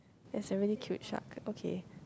there's a really cute shark okay